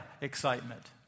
excitement